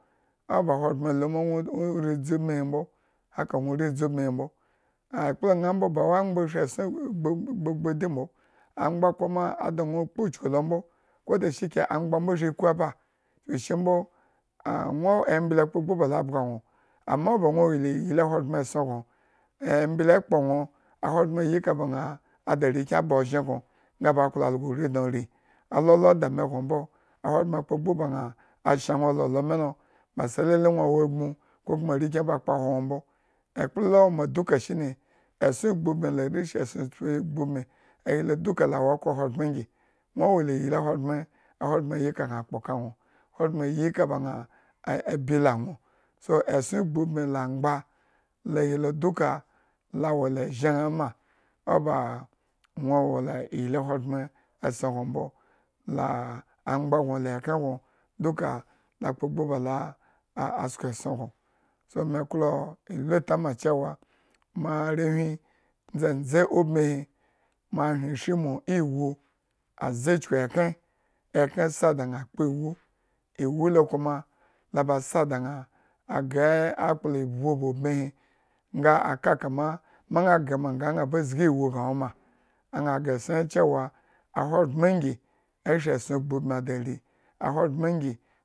Ahogbren la ma la nwo ndzi ubmihi mbo, haka nwo ridzi ubmihi mbo. Ekplañaa mbo ba weangba shri esson gbugbu adi mbo, angba kuma ada kpu uchuku lo mbo, ko dashike angba mbo mbo shri iku aba, chuku shi mbo e embele kpogbu bala bga nwo. Amma ba nwo wola iyli ahogbren esson gno, embele kpo nwo ahogbren ayi kaba da are kyenba ozhen gno nga ba klo algo ri dno ri, ololo dana nwo mbo, ahogbren kpogbu ba ñaa shannwo ololo mii lo, ba sai lele nwo wa agmu ko kuma arekyen ba kpohwo nwo mbo. Ekpla la wo ma shine esson gbubmi la rishin esson tpiayi gbubmi la rishin esson tpi ayi nwo wo la iyli ahogbren, ahogbren yi ka gna kpo ka anwo. Ahogbren yi ka ba ñaa bi ka la anwo, so, esson gbubmi la angbaa lo hi lo duka lawo laenzhen lo ma, o ba nwo owow la iyli ahogbren gno mbo laa angba gno le ekhren gno duka la kpo gbu ba la a a sko esson gno, so, me klo e lu tama cewa, moarewhi ndzhendze ubmihi moahyen ishri mo ewu aze chuku ekhren, ekhen sa da ñaa kpo ewu, ewu kuma la ba da ñaa agre akplo ivbu ba ubmihi nga aka kama, ma ñaa grema nga ñaa zgi ewu gna woma. Ana gresonyre cewa. Ahogbren ngi, ashri ekploñaa mbo da rii